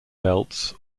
belts